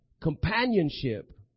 companionship